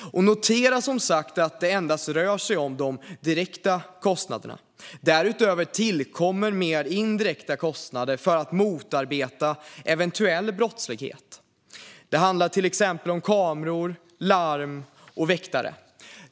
Notera som sagt att det endast rör sig om de direkta kostnaderna. Därutöver tillkommer mer indirekta kostnader för att motarbeta eventuell brottslighet, till exempel kameror, larm och väktare.